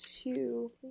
two